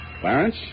Clarence